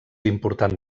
important